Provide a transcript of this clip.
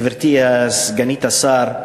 גברתי סגנית השר,